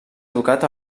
educat